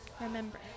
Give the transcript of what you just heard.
remember